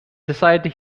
decided